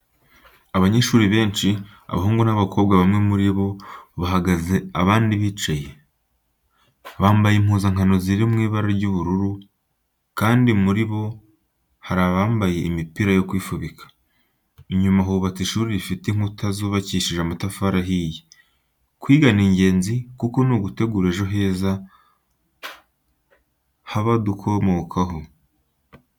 Abanyeshuri benshi, abahungu n'abakobwa bamwe muri bo bahagaze abandi bicaye, bambaye impuzankano ziri mu ibara ry'ubururu, kandi muri bo hari abambaye imipira yo kwifubika. Inyuma hubatse ishuri rifite inkuta zubakishije amatafari ahiye. Kwiga ni ingenzi kuko ni ugutegura ejo heza h'abadukomokaho.